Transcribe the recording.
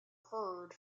heard